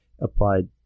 applied